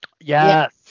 Yes